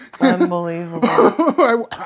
Unbelievable